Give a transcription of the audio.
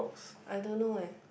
I don't know eh